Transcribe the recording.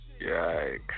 Yikes